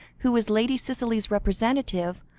who was lady cicely's representative,